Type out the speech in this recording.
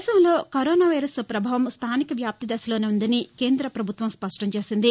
దేశంలో corona virus పభావం స్థానిక వ్యాప్తి దశలోనే ఉందని కేంద పభుత్వం స్పష్టం చేసింది